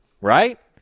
right